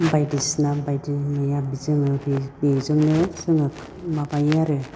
बायदिसिना बायदि मैया जोङो बेजोंनो जोङो माबायो आरो